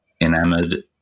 enamored